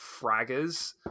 fraggers